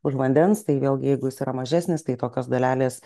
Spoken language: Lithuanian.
už vandens tai vėlgi jeigu jis yra mažesnis tai tokios dalelės